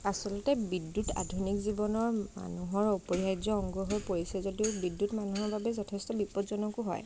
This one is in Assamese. আচলতে বিদ্যুৎ আধুনিক জীৱনৰ মানুহৰ অপৰিহাৰ্য অংগ হৈ পৰিছে যদিও বিদ্যুৎ মানুহৰ বাবে যথেষ্ট বিপদজনকো হয়